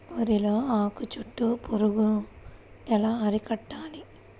వరిలో ఆకు చుట్టూ పురుగు ఎలా అరికట్టాలి?